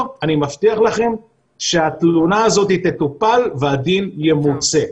אני מבטיח לכם שהתלונה הזאת תטופל והדין ימוצה.